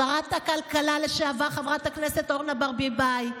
שרת הכלכלה לשעבר חברת הכנסת אורנה ברביבאי,